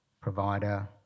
provider